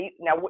now